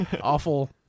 awful